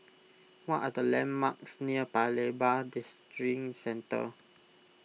what are the landmarks near Paya Lebar Districentre